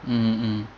mm mm